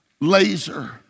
laser